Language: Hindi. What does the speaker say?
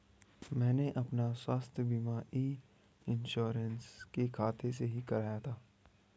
मैंने अपना स्वास्थ्य बीमा ई इन्श्योरेन्स के खाते से ही कराया था